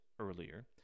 earlier